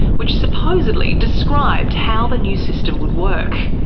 which supposedly described how the new system would work.